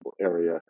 area